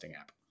app